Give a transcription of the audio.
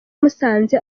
musanze